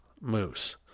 moose